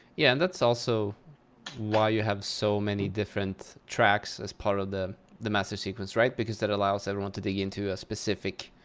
yeah and that's also why you have so many different tracks as part of the master sequence, right? because that allows everyone to dig into a specific